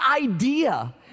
idea